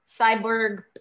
cyborg